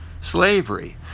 slavery